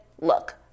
look